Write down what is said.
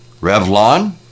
revlon